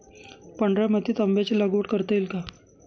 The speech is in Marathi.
पांढऱ्या मातीत आंब्याची लागवड करता येईल का?